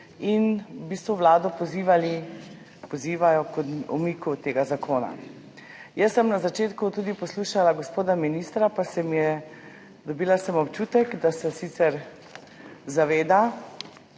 in v bistvu vlado pozivajo k umiku tega zakona. Jaz sem na začetku poslušala tudi gospoda ministra, pa sem dobila občutek, da se sicer zaveda